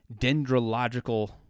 dendrological